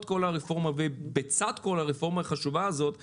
כל הרפורמה ובצד כל הרפורמה החשובה הזאת ש-א',